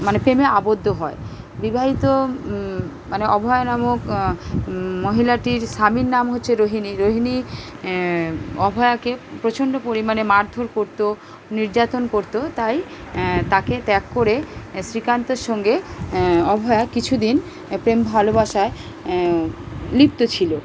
মানে প্রেমে আবদ্ধ হয় বিবাহিত মানে অভয়া নামক মহিলাটির স্বামীর নাম হচ্ছে রোহিণী রোহিণী অভয়াকে প্রচন্ড পরিমাণে মারধোর করতো নির্যাতন করতো তাই তাকে ত্যাগ করে শ্রীকান্তর সঙ্গে অভয়া কিছু দিন প্রেম ভালোবাসায় লিপ্ত ছিলো